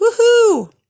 Woohoo